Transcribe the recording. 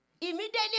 Immediately